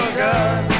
good